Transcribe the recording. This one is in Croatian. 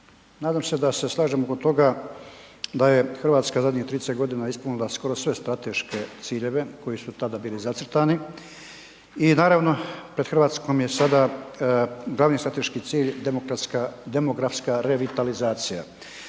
nadam se da se slažemo oko toga da je RH u zadnjih 30.g. ispunila skoro sve strateške ciljeve koji su tada bili zacrtani i naravno pred RH je sada glavni strateški cilj demokratska, demografska revitalizacija.